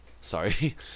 sorry